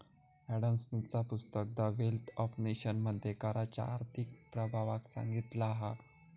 Adam स्मिथचा पुस्तक the wealth of nation मध्ये कराच्या आर्थिक प्रभावाक सांगितला हा